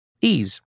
Ease